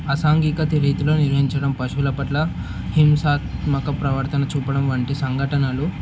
అసాంఘిక రీతిలో నిర్వహించడం పశువుల పట్ల హింసాత్మక ప్రవర్తన చూపడం వంటి సంఘటనలు